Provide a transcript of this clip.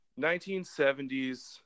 1970s